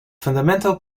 fundamental